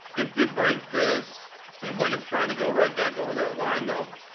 it did break this. it seems like it's trying to go right back over that line, though.